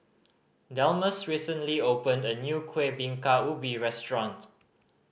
Delmus recently opened a new Kueh Bingka Ubi restaurant